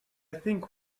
think